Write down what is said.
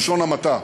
בלשון המעטה.